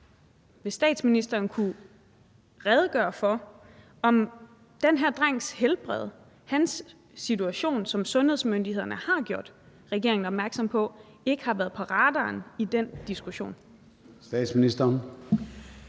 at statsministeren kunne redegøre for, om den her drengs helbred – hans situation, som sundhedsmyndighederne har gjort regeringen opmærksom på – ikke har været på radaren i den diskussion. Kl.